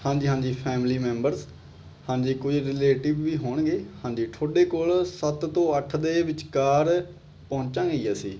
ਹਾਂਜੀ ਹਾਂਜੀ family members ਹਾਂਜੀ ਕੋਈ ਰਿਲੇਟਿਵ ਵੀ ਹੋਣਗੇ ਹਾਂਜੀ ਤੁਹਾਡੇ ਕੋਲ ਸੱਤ ਤੋਂ ਅੱਠ ਦੇ ਵਿਚਕਾਰ ਪਹੁੰਚਾਂਗੇ ਜੀ ਅਸੀਂ